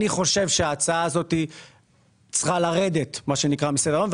אני חושב שההצעה הזו צריכה לרדת מסדר היום,